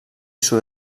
sud